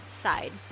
side